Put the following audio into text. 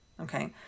Okay